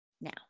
Now